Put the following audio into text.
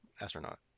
astronaut